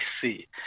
see